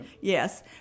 Yes